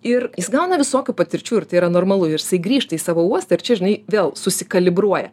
ir jis gauna visokių patirčių ir tai yra normalu ir jisai grįžta į savo uostą ir čia žinai vėl susikalibruoja